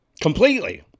completely